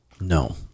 No